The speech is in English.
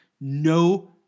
no